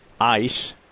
ICE